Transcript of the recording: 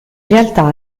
realtà